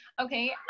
okay